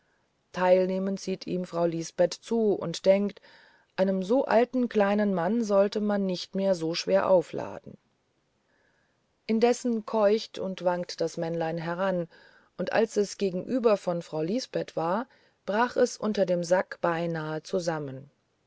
teilnehmend sieht ihm frau lisbeth zu und denkt einem so alten kleinen mann sollte man nicht mehr so schwer aufladen indes keucht und wankt das männlein heran und als es gegenüber von frau lisbeth war brach es unter dem sack beinahe zusammen